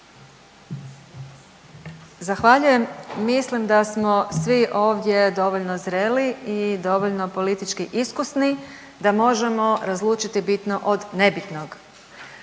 Zahvaljujem. Mislim da smo svi ovdje dovoljno zreli i dovoljno politički iskusni da možemo razlučiti bitno od nebitnog.